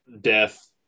death